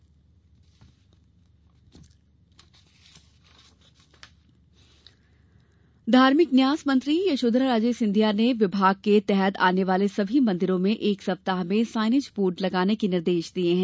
signage board धार्मिक न्यास मंत्री यशोधरा राजे सिंधिया ने विभाग के तहत आने वाले सभी मंदिरों में एक सप्ताह में साइनेज बोर्ड लगाने के निर्देश दिये हैं